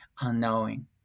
unknowing